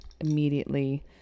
immediately